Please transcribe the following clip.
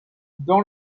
dans